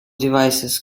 devices